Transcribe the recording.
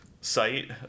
site